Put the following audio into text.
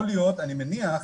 יכול להיות, אני מניח,